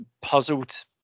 puzzled